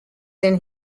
than